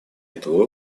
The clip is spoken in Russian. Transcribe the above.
этого